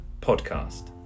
podcast